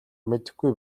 мэдэхгүй